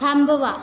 थांबवा